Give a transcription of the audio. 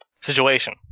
situation